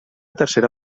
tercera